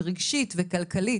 נפשית ורגשית,